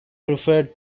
referred